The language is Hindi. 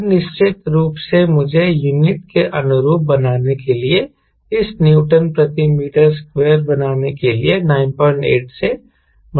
फिर निश्चित रूप से मुझे यूनिट के अनुरूप बनाने के लिए इसे न्यूटन प्रति मीटर स्क्वायर बनाने के लिए 98 से मल्टीप्लाई करना होगा